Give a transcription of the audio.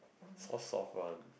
soft soft one